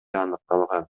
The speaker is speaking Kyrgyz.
аныкталган